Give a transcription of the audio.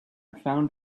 found